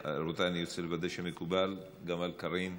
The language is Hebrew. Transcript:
רבותיי, אני רוצה לוודא שמקובל גם על קארין.